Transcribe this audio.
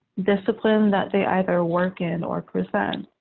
discipline that they either work in or present,